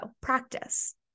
Practice